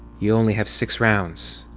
you only have six rounds.